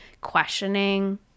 questioning